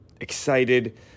excited